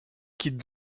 quitte